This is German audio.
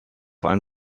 ein